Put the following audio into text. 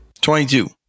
Twenty-two